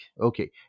Okay